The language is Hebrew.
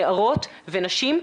נערות ונשים,